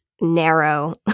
narrow